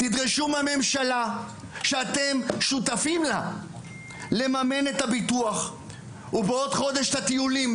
תדרשו מהממשלה שאתם שותפים לה לממן את הביטוח ואת הטיולים,